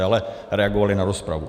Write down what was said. Ale reagovali na rozpravu.